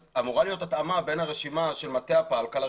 אז אמורה להיות התאמה בין הרשימה של מטה הפלקל,